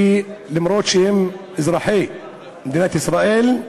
אף-על-פי שהם אזרחי מדינת ישראל,